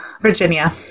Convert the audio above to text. Virginia